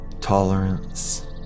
tolerance